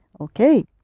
Okay